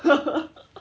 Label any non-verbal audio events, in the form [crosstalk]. [laughs]